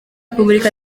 kumurika